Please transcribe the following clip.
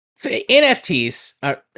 NFTs